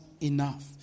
enough